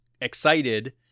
excited